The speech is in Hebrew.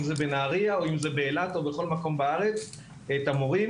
אם זה בנהריה או אם זה באילת או בכל מקום בארץ את המורים.